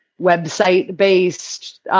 website-based